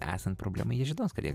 esant problemai jie žinos kad jie